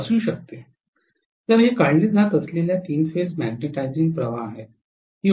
तर हे काढले जात असलेल्या तीन फेज मॅग्नेटिझिंग प्रवाह आहेत